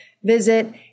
Visit